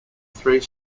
three